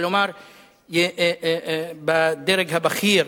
כלומר בדרג הבכיר.